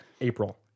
April